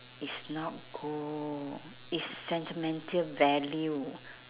it's not gold it's sentimental value